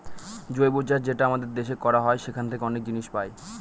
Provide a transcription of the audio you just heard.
জৈব চাষ যেটা আমাদের দেশে করা হয় সেখান থাকে অনেক জিনিস পাই